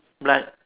black